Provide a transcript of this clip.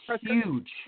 huge